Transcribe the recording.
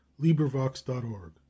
LibriVox.org